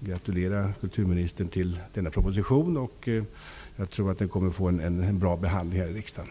gratulera kulturministern till denna proposition. Jag tror att den kommer att få en bra behandling här i riksdagen.